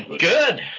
Good